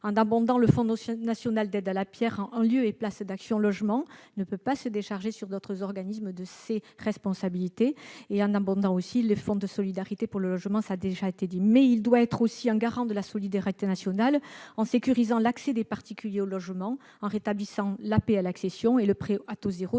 en abondant le Fonds national des aides à la pierre (FNAP) en lieu et place d'Action Logement- il ne peut pas se décharger sur d'autres organismes de ses responsabilités -et les fonds de solidarité pour le logement. L'État doit également être un garant de la solidarité nationale en sécurisant l'accès des particuliers au logement, en rétablissant l'APL accession et le prêt à taux zéro